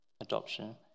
adoption